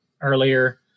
earlier